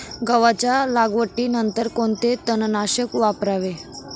गव्हाच्या लागवडीनंतर कोणते तणनाशक वापरावे?